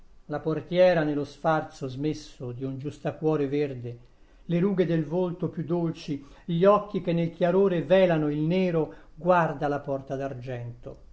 la portiera nello sfarzo smesso di un giustacuore verde le rughe del volto più dolci gli occhi che nel chiarore velano il nero guarda la porta